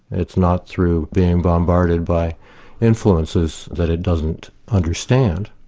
it's not through being bombarded by influences that it doesn't understand.